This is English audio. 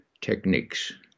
techniques